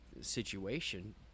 situation